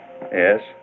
Yes